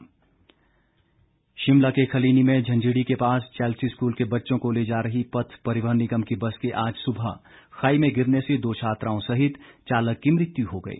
दुर्घटना शिमला के खलीनी में झंझीड़ी के पास चैल्सी स्कूल के बच्चों को ले जा रही पथ परिवहन निगम की बस के आज सुबह खाई में गिरने से दो छात्राओं सहित चालक की मृत्यू हो गई